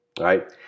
right